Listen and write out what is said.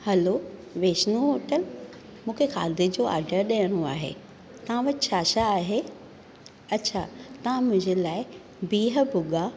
हलो Vaishnav hotel मूंखे खाधे जो आडर ॾियणो आहे तव्हां वटि छा छा आहे अच्छा तव्हां मुंहिंजे लाइ बिहु भुॻा